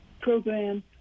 program